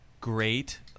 great